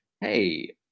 hey